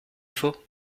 défaut